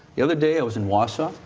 the other day i was in wausau,